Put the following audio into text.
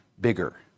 bigger